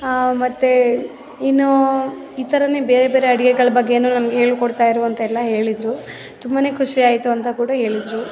ಮತ್ತೆ ಇನ್ನು ಈ ಥರ ಬೇರೆ ಬೇರೆ ಅಡ್ಗೆಗಳ ಬಗ್ಗೆ ನಮ್ಗೆ ಹೇಳಿಕೊಡ್ತಾ ಇರು ಅಂತೆಲ್ಲ ಹೇಳಿದರು ತುಂಬಾ ಖುಷಿಯಾಯಿತು ಅಂತ ಕೂಡ ಹೇಳಿದರು